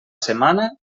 setmana